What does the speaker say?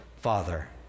Father